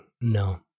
No